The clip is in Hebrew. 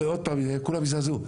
עוד פעם, כולם יזדעזעו.